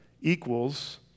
equals